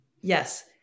yes